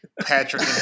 Patrick